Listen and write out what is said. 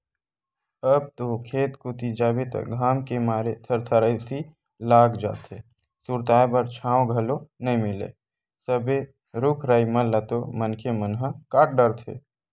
अब तो खेत कोती जाबे त घाम के मारे थरथरासी लाग जाथे, सुरताय बर छांव घलो नइ मिलय सबे रुख राई मन ल तो मनखे मन ह काट डरथे